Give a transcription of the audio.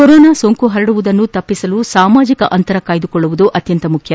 corona ಸೋಂಕು ಹರಡುವುದನ್ನು ತಡೆಗಟ್ಟಲು ಸಾಮಾಜಿಕ ಅಂತರ ಕಾಯ್ದುಕೊಳ್ಳುವುದು ಅತ್ಯಂತ ಮುಖ್ಯ